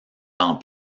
dans